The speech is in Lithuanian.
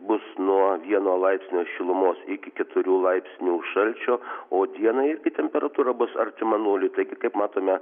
bus nuo vieno laipsnio šilumos iki keturių laipsnių šalčio o dieną irgi temperatūra bus artima nuliui taigi kaip matome